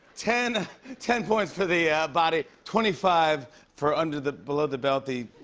ten ten points for the body. twenty five for under the below the belt. the